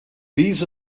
these